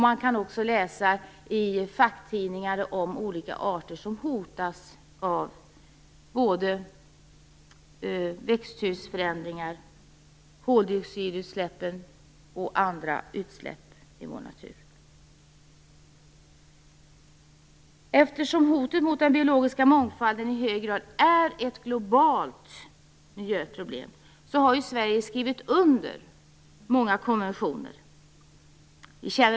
Man kan också läsa i facktidningar om olika arter som hotas av växthusförändringar, koldioxidutsläpp och andra utsläpp i vår natur. Eftersom hoten mot den biologiska mångfalden i hög grad är ett globalt miljöproblem har Sverige skrivit under många konventioner.